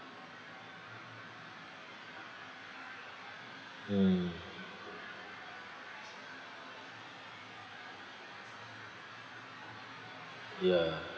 mm ya